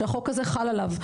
שהחוק הזה חל עליו,